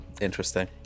Interesting